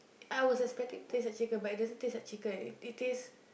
I was expecting it to taste like chicken but it doesn't taste like chicken it taste